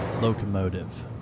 locomotive